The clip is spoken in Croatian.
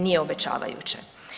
Nije obećavajuće.